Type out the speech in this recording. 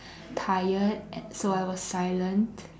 tired so I was silent